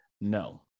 No